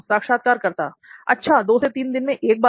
साक्षात्कारकर्ता अच्छा दो से तीन दिन में एक बार